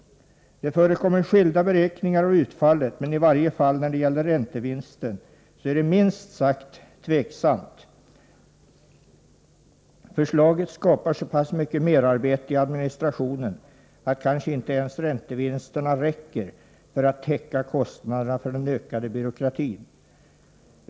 Det förekommer skilda beräkningar av utfallet, men i varje fall räntevinsten är minst sagt tvivelaktig. Förslaget kommer att skapa så pass mycket merarbete i administrationen att kanske inte ens räntevinsterna räcker för att täcka kostnaderna för den ökade byråkratin.